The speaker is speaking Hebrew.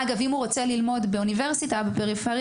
אגב אם הוא רוצה ללמוד באוניברסיטה בפריפריה,